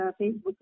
Facebook